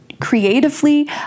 creatively